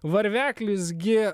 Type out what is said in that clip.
varveklis gi